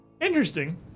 Interesting